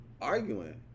arguing